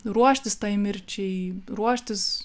ruoštis tai mirčiai ruoštis